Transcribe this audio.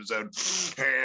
episode